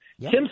Tim